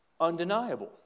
undeniable